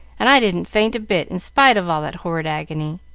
and i didn't faint a bit in spite of all that horrid agony.